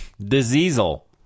Diesel